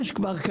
יש כבר,